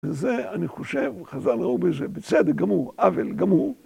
‫וזה, אני חושב, חז״ל ראו בזה, בצדק גמור, עוול גמור.